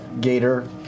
gator